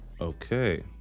Okay